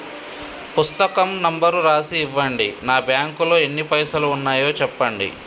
పుస్తకం నెంబరు రాసి ఇవ్వండి? నా బ్యాంకు లో ఎన్ని పైసలు ఉన్నాయో చెప్పండి?